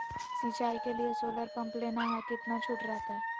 सिंचाई के लिए सोलर पंप लेना है कितना छुट रहतैय?